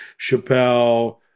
Chappelle